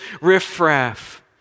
riffraff